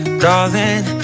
darling